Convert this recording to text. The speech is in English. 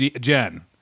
Jen